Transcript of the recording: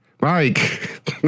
Mike